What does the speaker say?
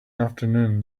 afternoon